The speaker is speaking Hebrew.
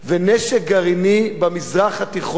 ונשק גרעיני במזרח התיכון